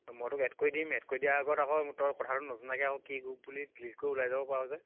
মই তোক এড কৰি দিম এড কৰি দিয়াৰ আগত আকৌ তই কথাটো নজনাকৈ আকৌ কি গ্ৰুপ বুলি ডিলিট কৰি ওলাই যাব পাৰ যে